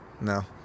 no